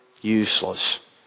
useless